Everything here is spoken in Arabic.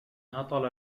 هطل